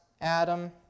Adam